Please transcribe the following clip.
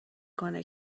کنه